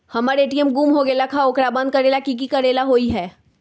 हमर ए.टी.एम गुम हो गेलक ह ओकरा बंद करेला कि कि करेला होई है?